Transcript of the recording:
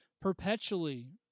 perpetually